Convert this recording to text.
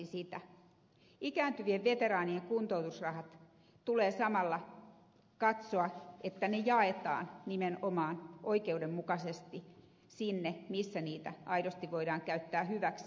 ikääntyvien veteraanien kuntoutusrahat tulee samalla katsoa että ne jaetaan nimenomaan oikeudenmukaisesti sinne missä niitä aidosti voidaan käyttää hyväksi